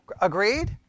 Agreed